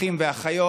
אחים ואחיות,